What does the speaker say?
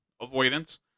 avoidance